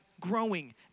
growing